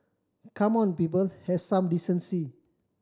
come on people have some decency